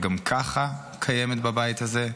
שגם ככה קיימת בבית הזה,